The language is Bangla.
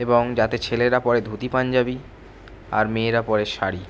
এবং যাতে ছেলেরা পরে ধুতি পাঞ্জাবী আর মেয়েরা পরে শাড়ি